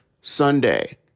Sunday